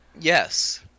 Yes